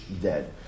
dead